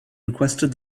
requested